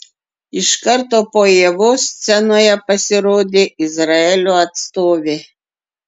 iš karto po ievos scenoje pasirodė izraelio atstovė